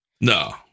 No